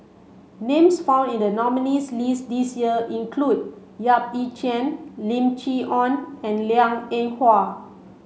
names found in the nominees' list this year include Yap Ee Chian Lim Chee Onn and Liang Eng Hwa